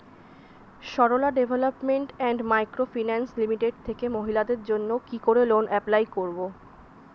Sarala development and micro finance limited থেকে মহিলাদের জন্য কি করে লোন এপ্লাই করব?